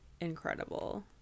incredible